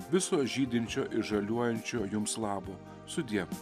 viso žydinčio ir žaliuojančio jums labo sudie